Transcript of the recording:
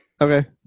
Okay